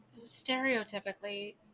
stereotypically